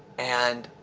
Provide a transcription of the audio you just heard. and